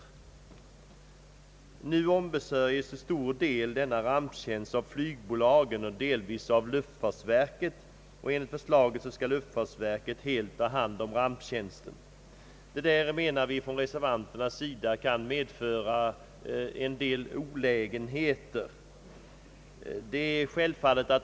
Ramptjänsten ombesörjes nu till större delen av flygbolagen och endast delvis av luftfartsverket. Enligt förslaget skall luftfartsverket helt ta hand om ramptjänsten, vilket vi reservanter anser kan medföra olägenheter.